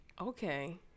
okay